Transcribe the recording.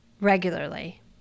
regularly